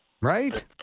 Right